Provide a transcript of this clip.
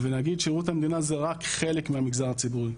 נגיש ששירות המדינה זה רק חלק מהמגזר הציבורי.